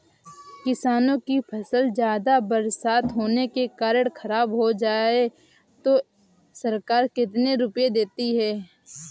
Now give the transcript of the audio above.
किसानों की फसल ज्यादा बरसात होने के कारण खराब हो जाए तो सरकार कितने रुपये देती है?